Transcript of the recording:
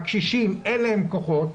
לקשישים אין כוחות,